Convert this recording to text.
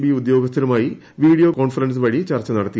B ഉദ്യോഗസ്ഥരുമായി video conference വഴി ചർച്ച നടത്തി